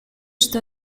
что